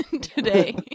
today